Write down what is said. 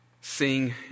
sing